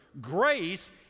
Grace